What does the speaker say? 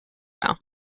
know